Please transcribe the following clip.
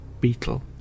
beetle